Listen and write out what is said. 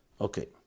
Okay